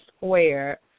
square